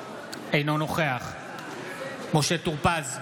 אינו נוכח משה טור פז,